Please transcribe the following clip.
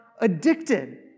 addicted